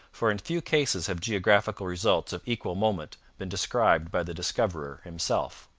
for in few cases have geographical results of equal moment been described by the discoverer himself.